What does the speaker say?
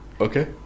Okay